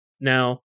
Now